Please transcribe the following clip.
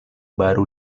baru